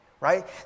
right